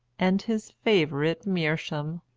and his favourite meerschaum.